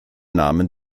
nahmen